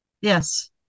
Yes